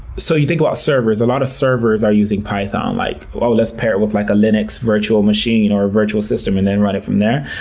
so you think about servers a lot of servers are using python, like, let's pair it with like a linux virtual machine or a virtual system and then run it from there.